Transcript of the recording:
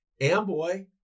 Amboy